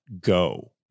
go